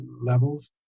levels